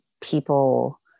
people